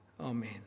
Amen